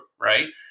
right